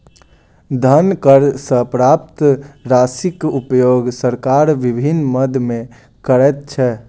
धन कर सॅ प्राप्त राशिक उपयोग सरकार विभिन्न मद मे करैत छै